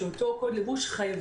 של אותו קוד לבוש,